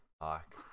fuck